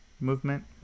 Movement